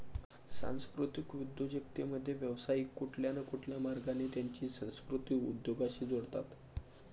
सांस्कृतिक उद्योजकतेमध्ये, व्यावसायिक कुठल्या न कुठल्या मार्गाने त्यांची संस्कृती उद्योगाशी जोडतात